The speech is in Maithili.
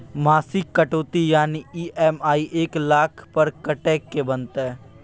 मासिक कटौती यानी ई.एम.आई एक लाख पर कत्ते के बनते?